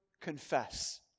confess